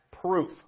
proof